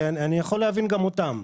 אני יכול להבין גם אותם.